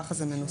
ככה זה מנוסח.